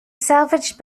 salvaged